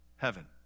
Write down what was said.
Heaven